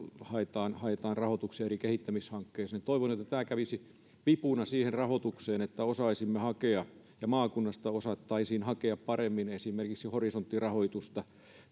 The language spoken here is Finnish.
haetaan haetaan rahoituksia eri kehittämishankkeisiin toivon että tämä kävisi vipuna siihen rahoitukseen että osaisimme hakea ja maakunnasta osattaisiin hakea paremmin esimerkiksi horisontti rahoitusta